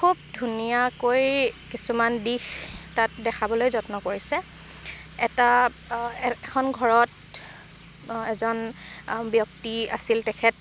খুব ধুনীয়াকৈ কিছুমান দিশ তাত দেখাবলৈ যত্ন কৰিছে এটা এ এখন ঘৰত এজন ব্যক্তি আছিল তেখেত